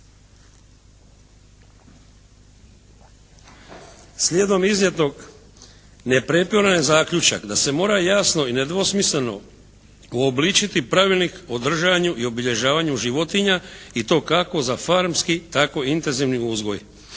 Slijedom iznijetog nepretvoren je zaključak da se mora jasno i nedvosmisleno uobličiti pravilnik o držanju i obilježavanju životinja i to kako za farmski tako intenzivni uzgoj.